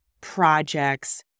projects